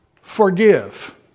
forgive